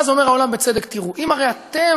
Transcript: ואז אומר העולם, בצדק: אם אתם